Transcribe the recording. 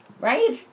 right